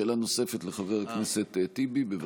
שאלה נוספת, לחבר הכנסת טיבי, בבקשה.